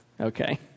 Okay